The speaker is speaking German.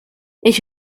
ich